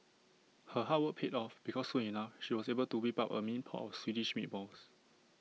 her hard work paid off because soon enough she was able to whip up A mean pot of Swedish meatballs